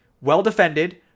well-defended